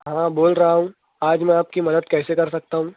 ہاں بول رہا ہوں آج میں آپ کی مدد کیسے کر سکتا ہوں